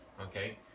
Okay